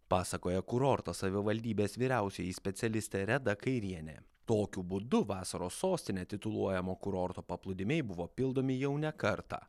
pasakoja kurorto savivaldybės vyriausioji specialistė reda kairienė tokiu būdu vasaros sostine tituluojamo kurorto paplūdimiai buvo pildomi jau ne kartą